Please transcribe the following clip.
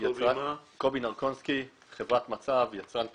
מחברת מצ"ב, יצרן פיגומים.